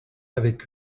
avec